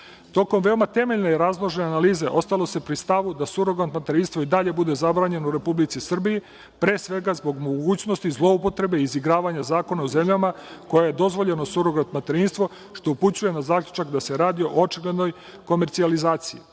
veoma temeljne i razložene analize ostalo se pri stavu da surogat materinstvo i dalje bude zabranjeno u Republici Srbiji pre svega zbog mogućnosti zloupotrebe izigravanja zakona o ženama u kome je dozvoljeno surogat materinstvo, što upućuje na zaključak da se radi o očiglednoj komercijalizaciji. Pored